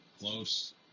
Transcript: Close